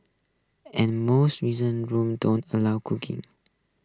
and most reason rooms don't allow cooking